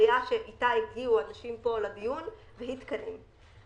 הבעיה שאיתה הגיעו אנשים פה לדיון, והיא תקנים.